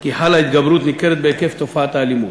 כי חלה התגברות ניכרת בהיקף תופעת האלימות.